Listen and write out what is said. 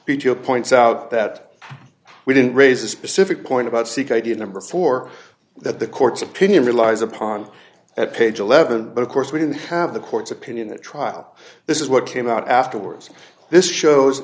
o points out that we didn't raise a specific point about seek idea number four that the court's opinion relies upon at page eleven but of course we can have the court's opinion the trial this is what came out afterwards this shows